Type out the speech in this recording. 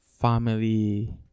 family